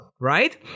right